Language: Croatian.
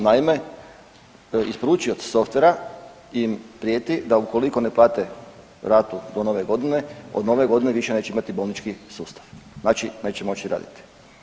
Naime, isporučioc softvera im prijeti da ukoliko ne plate ratu do Nove Godine od Nove Godine više neće imati bolnički sustav, znači neće moći raditi.